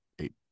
eight